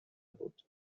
بود